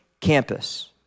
campus